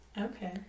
okay